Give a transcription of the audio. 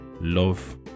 love